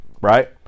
Right